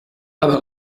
aber